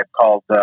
called